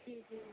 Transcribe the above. جی جی